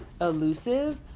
elusive